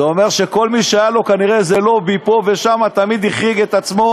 זה אומר שכל מי שהיה לו כנראה איזה לובי פה ושם תמיד החריג את עצמו,